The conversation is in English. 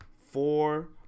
four